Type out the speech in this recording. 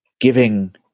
giving